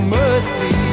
mercy